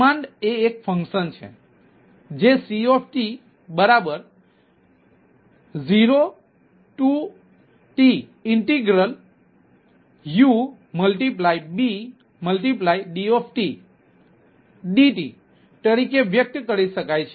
demand એ એક ફંકશનછે જે CT0TUBDdt તરીકે વ્યક્ત કરી શકાય છે